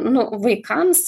nu vaikams